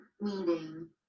meeting